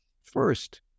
First